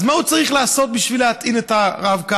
אז מה הוא צריך לעשות בשביל להטעין את הרב-קו